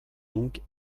donc